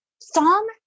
Psalm